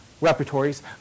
repertories